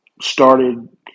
started